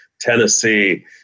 Tennessee